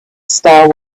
star